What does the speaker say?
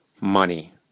money